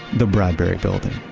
the bradbury building,